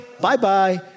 Bye-bye